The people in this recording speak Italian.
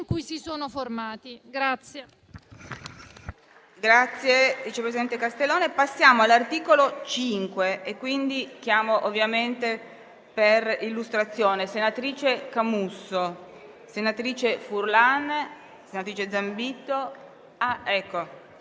cui si sono formati.